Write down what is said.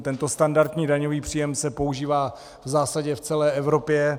Tento standardní daňový příjem se používá v zásadě v celé Evropě.